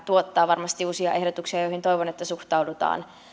tuottaa varmasti uusia ehdotuksia joihin toivon että suhtaudutaan